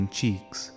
cheeks